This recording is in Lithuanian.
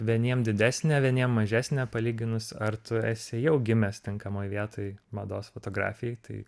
vieniem didesnė vieniem mažesnė palyginus ar tu esi jau gimęs tinkamoj vietoj mados fotografijai tai